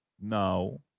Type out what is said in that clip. now